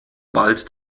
bald